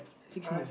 six months